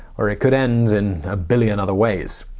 or it could end in a billion other ways.